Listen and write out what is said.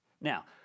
Now